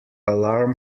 alarm